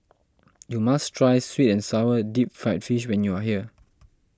you must try Sweet and Sour Deep Fried Fish when you are here